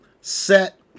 set